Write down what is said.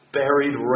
buried